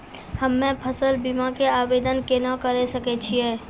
हम्मे फसल बीमा के आवदेन केना करे सकय छियै?